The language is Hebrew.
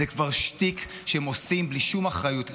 זה כבר שטיק שהם עושים בלי שום אחריות.